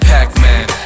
Pac-Man